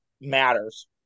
matters